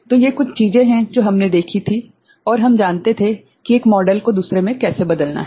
तो ये कुछ चीजें हैं जो हमने देखी थीं और हम जानते थे कि एक मॉडल को दूसरे में कैसे बदलना है